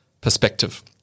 perspective